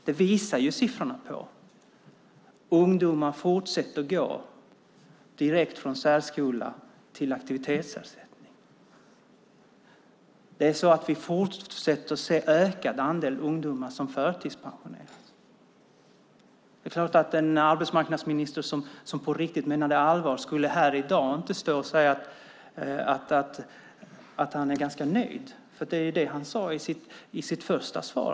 Det visar siffrorna. Ungdomar fortsätter att gå direkt från särskola till aktivitetsersättning. Vi fortsätter att se en ökad andel ungdomar som förtidspensioneras. Det är klart att en arbetsmarknadsminister som på riktigt menade allvar här i dag inte skulle stå och säga att han är ganska nöjd. Det är det han sade i sitt första svar.